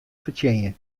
fertsjinje